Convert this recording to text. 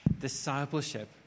Discipleship